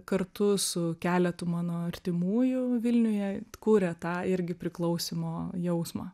kartu su keletu mano artimųjų vilniuje kūrė tą irgi priklausymo jausmą